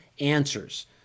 answers